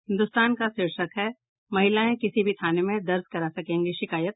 हिन्दुस्तान का शीर्षक है महिलाएं किसी भी थाने में दर्ज करा सकेंगी शिकायत